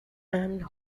and